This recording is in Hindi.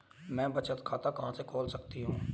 मैं बचत खाता कहां खोल सकती हूँ?